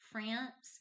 France